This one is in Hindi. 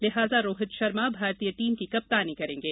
लिहाजा रोहित शर्मा भारतीय टीम की कप्तानी करेंगे